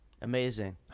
Amazing